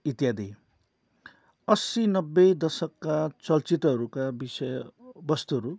इत्यादि अस्सी नब्बे दसकका चलचित्रहरूका विषयवस्तुहरू